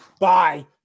bye